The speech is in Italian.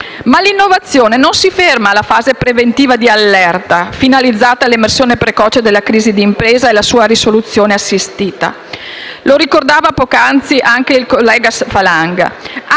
Ma l'innovazione non si ferma alla fase preventiva di allerta, finalizzata all'emersione precoce della crisi d'impresa e alla sua risoluzione assistita, come ricordava poc'anzi anche il senatore Falanga.